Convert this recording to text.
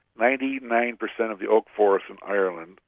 ninety nine percent of the oak forest in ireland,